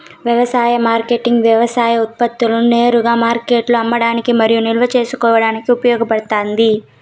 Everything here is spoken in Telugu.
వ్యవసాయ మార్కెటింగ్ వ్యవసాయ ఉత్పత్తులను నేరుగా మార్కెట్లో అమ్మడానికి మరియు నిల్వ చేసుకోవడానికి ఉపయోగపడుతాది